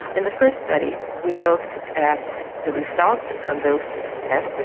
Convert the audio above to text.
and the first study we looked at the results from those tests,